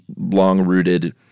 long-rooted